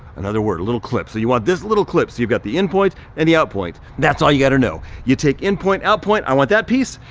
in other words, a little clip. so you want this little clip so you've got the in point and the out point, that's all you got to know. you take in point, out point, i want that piece,